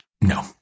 No